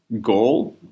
goal